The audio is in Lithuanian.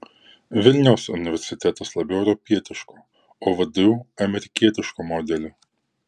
vilniaus universitetas labiau europietiško o vdu amerikietiško modelio